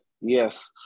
Yes